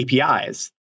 APIs